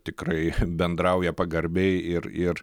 tikrai bendrauja pagarbiai ir ir